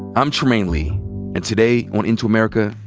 i'm trymaine lee and today on into america,